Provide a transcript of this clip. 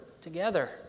together